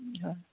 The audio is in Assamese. হয়